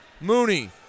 Mooney